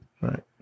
Right